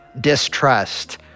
distrust